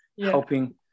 helping